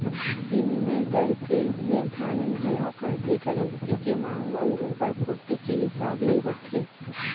बिनिमय दर के निरधारन घलौ करथे करेंसी के मांग अउ ओकर पुरती के हिसाब ले होथे